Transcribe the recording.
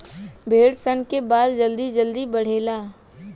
भेड़ सन के बाल जल्दी जल्दी बढ़ेला